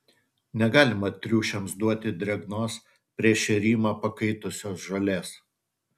negalima triušiams duoti drėgnos prieš šėrimą pakaitusios žolės